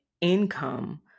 income